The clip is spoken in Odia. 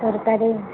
ତରକାରୀ